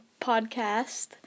podcast